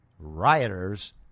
Rioters